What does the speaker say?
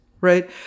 right